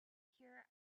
pure